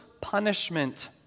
punishment